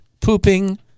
pooping